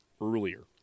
earlier